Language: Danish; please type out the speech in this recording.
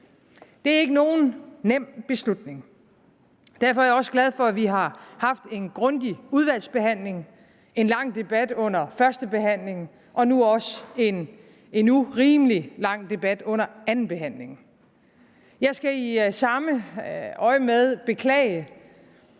Det er ikke nogen nem beslutning. Derfor er jeg også glad for, at vi har haft en grundig udvalgsbehandling, en lang debat under førstebehandlingen, og nu også endnu en rimelig lang debat under andenbehandlingen. Jeg skal i samme øjemed beklage,